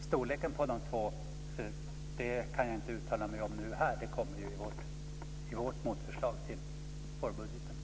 Storleken på de två påsarna kan jag inte uttala mig om nu här. Det kommer i vårt motförslag till vårbudgeten.